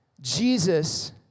Jesus